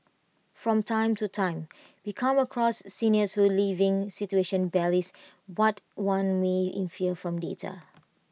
from time to time we come across seniors whose living situation belies what one may infer from data